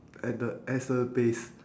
at the place